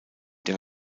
der